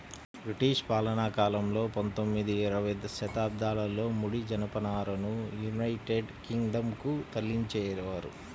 British పాలనాకాలంలో పందొమ్మిది, ఇరవై శతాబ్దాలలో ముడి జనపనారను యునైటెడ్ కింగ్ డం కు తరలించేవారు